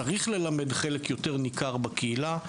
צריך ללמד חלק ניכר יותר בקהילה,